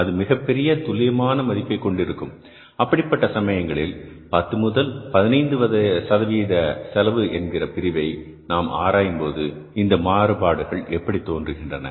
அது மிகப்பெரிய துல்லியமான மதிப்பை கொண்டிருக்கும் அப்படிப்பட்ட சமயங்களில் 10 முதல் 15 சதவீத செலவு என்கிற பிரிவை நாம் ஆராயும்போது இந்த மாறுபாடுகள் எப்படி தோன்றுகின்றன